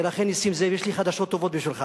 ולכן, נסים זאב, יש לי חדשות טובות בשבילך.